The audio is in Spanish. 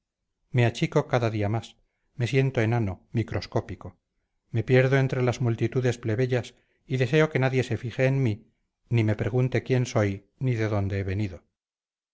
me achico cada día más me siento enano microscópico me pierdo entre las multitudes plebeyas y deseo que nadie se fije en mí ni me pregunte quién soy ni de dónde he venido